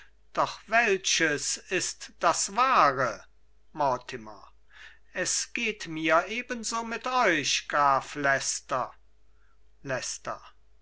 doch welches ist das wahre mortimer es geht mir ebenso mit euch graf